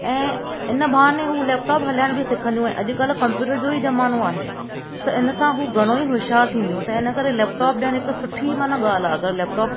ऐं इन बहाने हू लैपटॉप हलाइण बि सिखंदियूं ऐं अॼुकल्ह कंप्यूटर जो ई ज़मानो आहे त इन सां हू घणो ई होशियारु थींदियूं त इन करे लैपटॉप ॾियणु हिकु सुठी माना ॻाल्हि आहे अगरि लैपटॉप